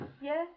Yes